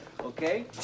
okay